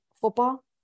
football